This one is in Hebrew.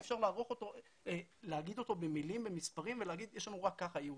אי אפשר להעריך אותו במילים ובמספרים ולהגיד שיש לנו רק ככה יהודים.